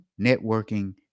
networking